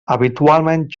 habitualment